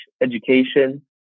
education